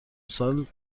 سال